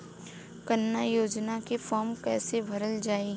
कन्या योजना के फारम् कैसे भरल जाई?